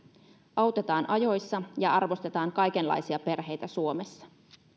autetaan ajoissa ja arvostetaan kaikenlaisia perheitä suomessa